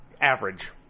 Average